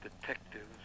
detectives